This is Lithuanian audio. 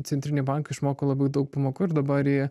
centriniai bankai išmoko labai daug pamokų ir dabar į